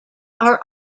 are